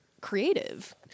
creative